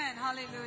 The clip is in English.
Hallelujah